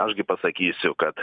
aš gi pasakysiu kad